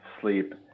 sleep